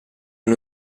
uno